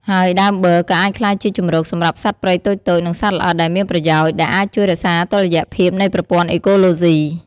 ហើយដើមបឺរ ក៏អាចក្លាយជាជម្រកសម្រាប់សត្វព្រៃតូចៗ និងសត្វល្អិតដែលមានប្រយោជន៍ ដែលអាចជួយរក្សាតុល្យភាពនៃប្រព័ន្ធអេកូឡូស៊ី។